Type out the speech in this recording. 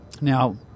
Now